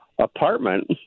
apartment